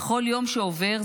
בכל יום שעובר,